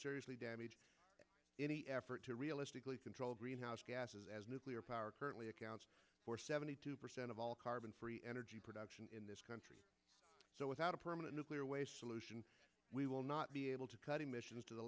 seriously damage any effort to realistically control greenhouse gases as nuclear power currently accounts for seventy two percent of all carbon free energy production in this country so without a permanent nuclear waste solution we will not be able to cut emissions to the